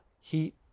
heat